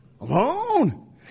Alone